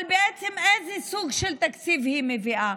אבל בעצם איזה סוג של תקציב היא מביאה?